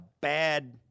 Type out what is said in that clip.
bad –